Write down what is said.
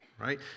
Right